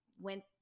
went